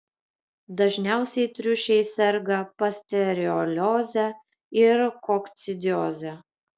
dažniausiai triušiai serga pasterelioze ir kokcidioze